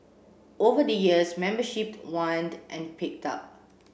over the years membership waned and picked up